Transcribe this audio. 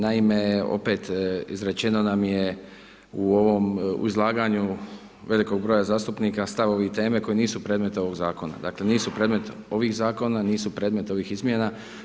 Naime, opet izrečeno nam je u ovom, u izlaganju velikog broja zastupnika stavovi i teme koje nisu predmet ovog zakona, dakle nisu predmet ovih zakona, nisu predmet ovih izmjena.